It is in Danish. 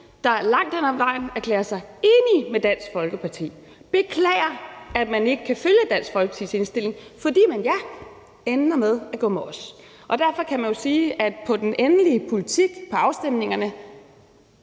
der langt hen ad vejen erklærer sig enige med Dansk Folkeparti og beklager, at man ikke kan følge Dansk Folkepartis indstilling, fordi man, ja, ender med at gå med os. Derfor kan man jo sige, at i den endelige politik, i afstemningerne